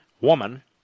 woman